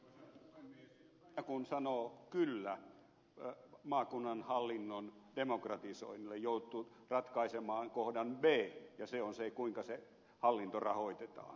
aina kun sanoo kyllä maakunnan hallinnon demokratisoinnille joutuu ratkaisemaan kohdan b ja se on se kuinka se hallinto rahoitetaan